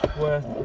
worth